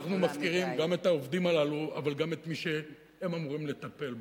אנחנו מפקירים גם את העובדים הללו אבל גם את מי שהם אמורים לטפל בו.